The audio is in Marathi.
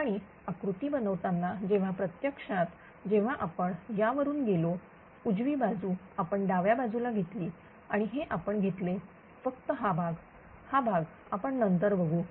आणि आकृती बनवताना जेव्हा प्रत्यक्षात जेव्हा आपण यावरून गेलो उजवी बाजू आपण डाव्या बाजूला घेतली आणि हे आपण घेतले फक्त हा भाग हा भाग आपण नंतर बघू